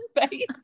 space